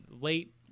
late